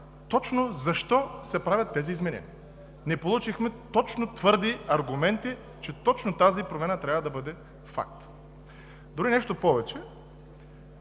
точно защо се правят тези изменения. Не получихме твърди аргументи, че точно тази промяна трябва да бъде факт. Дори нещо повече